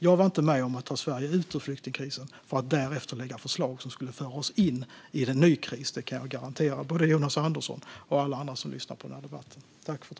Jag var inte med om att ta Sverige ut ur flyktingkrisen för att därefter lägga fram förslag som skulle föra oss in i en ny kris. Det kan jag garantera både Jonas Andersson och alla andra som lyssnar på denna debatt.